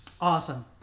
Awesome